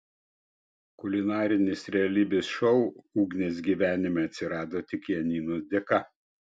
kulinarinis realybės šou ugnės gyvenime atsirado tik janinos dėka